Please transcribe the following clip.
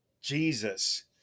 Jesus